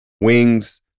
wings